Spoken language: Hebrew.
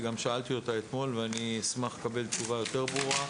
כי גם שאלתי אותה אתמול ואני אשמח לקבל תשובה יותר ברורה: